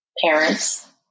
parents